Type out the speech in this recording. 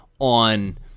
on